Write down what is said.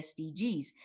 SDGs